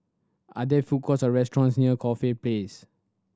are there food courts or restaurants near Corfe Place